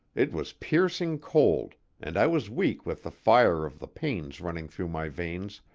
it was piercing cold and i was weak with the fire of the pains running through my veins,